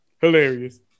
hilarious